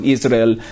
Israel